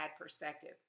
perspective